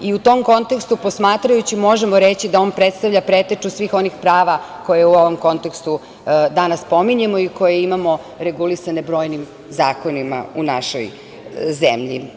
U tom kontekstu posmatrajući možemo reći da on predstavlja preteču svih onih prava koje u ovom kontekstu danas pominjemo i koje imamo regulisane brojnim zakonima u našoj zemlji.